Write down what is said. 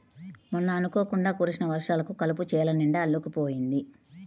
మొన్న అనుకోకుండా కురిసిన వర్షాలకు కలుపు చేలనిండా అల్లుకుపోయింది